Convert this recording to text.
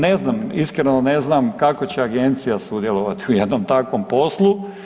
Ne znam, iskreno ne znam kako će agencija sudjelovat u jednom takvom poslu.